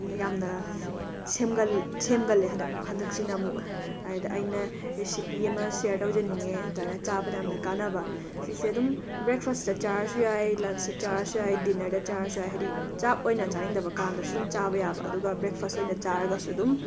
ꯌꯥꯝꯅ ꯁꯦꯝꯒꯜ ꯁꯦꯝꯒꯜꯂꯦ ꯍꯟꯗꯛ ꯍꯟꯗꯛꯁꯤꯅ ꯑꯃꯨꯛ ꯑꯗꯨꯗ ꯑꯩꯅ ꯔꯤꯁꯤꯄꯤ ꯑꯃ ꯁꯦꯌꯔ ꯇꯧꯖꯅꯤꯡꯉꯦ ꯑꯗꯨꯃꯥꯏꯅ ꯆꯥꯕꯗ ꯌꯥꯝꯅ ꯀꯥꯟꯅꯕ ꯁꯤꯁꯦ ꯑꯗꯨꯝ ꯕ꯭ꯔꯦꯛꯐꯥꯁꯇ ꯆꯥꯔꯁꯨ ꯌꯥꯏ ꯂꯟꯁꯇ ꯆꯥꯔꯁꯨ ꯌꯥꯏ ꯗꯤꯅꯔꯗ ꯆꯥꯔꯁꯨ ꯌꯏ ꯍꯥꯏꯗꯤ ꯆꯥꯛ ꯑꯣꯏꯅ ꯆꯥꯅꯤꯡꯗꯕꯀꯥꯟꯗꯁꯨꯗꯨꯝ ꯆꯥꯕ ꯌꯥꯕ ꯑꯗꯨꯒ ꯕ꯭ꯔꯦꯐꯥꯁꯠ ꯑꯣꯏꯅ ꯆꯥꯔꯒꯁꯨ ꯑꯗꯨꯝ